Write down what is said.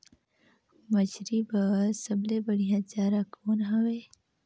मछरी बर सबले बढ़िया चारा कौन हवय?